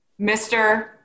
Mr